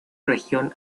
región